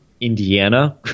Indiana